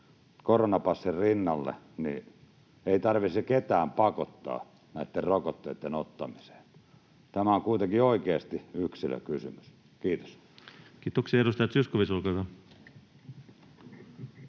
koronapassin rinnalle ei tarvitsisi ketään pakottaa näitten rokotteitten ottamiseen. Tämä on kuitenkin oikeasti yksilökysymys. — Kiitos. [Speech 121]